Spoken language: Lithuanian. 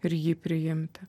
ir jį priimti